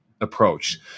approach